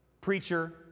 preacher